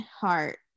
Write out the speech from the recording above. heart